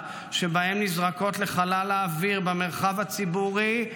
שבהן נזרקות לחלל האוויר במרחב הציבורי,